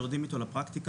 יורדים איתו לפרקטיקה,